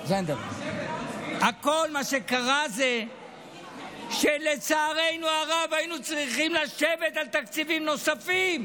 מה שקרה זה שלצערנו הרב היינו צריכים לשבת על תקציבים נוספים,